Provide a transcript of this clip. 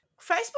Facebook